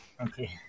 Okay